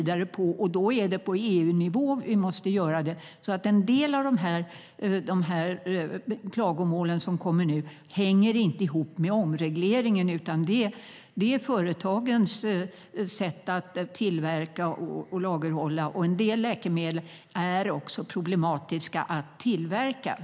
Det måste vi göra på EU-nivå.En del av de klagomål som kommer nu hänger inte ihop med omregleringen utan med företagens sätt att tillverka och lagerhålla. En del läkemedel är problematiska att tillverka.